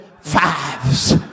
fives